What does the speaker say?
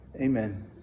Amen